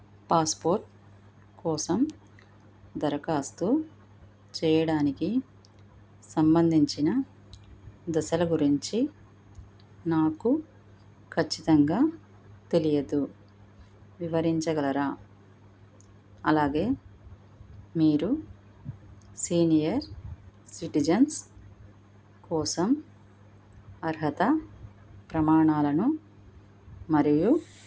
passport కోసం దరఖాస్తు చేయడానికి సంబంధించిన దశల గురించి నాకు ఖచ్చితంగా తెలియదు వివరించగలరా అలాగే మీరు సీనియర్ సిటిజన్స్ కోసం అర్హత ప్రమాణాలను మరియు